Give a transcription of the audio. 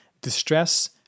Distress